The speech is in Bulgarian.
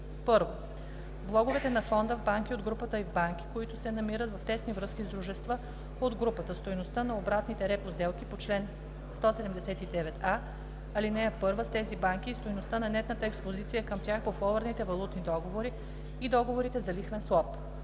и: 1. влоговете на фонда в банки от групата и в банки, които се намират в тесни връзки с дружества от групата, стойността на обратните репо сделки по чл. 179а, ал. 1 с тези банки и стойността на нетната експозиция към тях по форуърдните валутни договори и договорите за лихвен суап;